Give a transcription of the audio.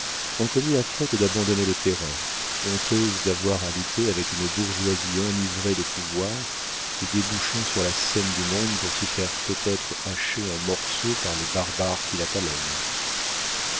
ont commis la faute d'abandonner le terrain honteuses d'avoir à lutter avec une bourgeoisie enivrée de pouvoir et débouchant sur la scène du monde pour s'y faire peut-être hacher en morceaux par les barbares qui la talonnent